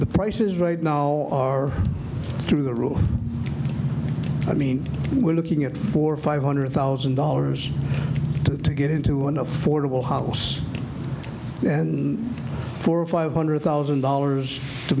the prices right now are through the roof i mean we're looking at for five hundred thousand dollars to get into an affordable house then for five hundred thousand dollars to